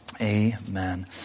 Amen